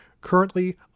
currently